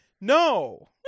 No